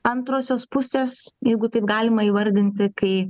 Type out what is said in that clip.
antrosios pusės jeigu taip galima įvardinti kai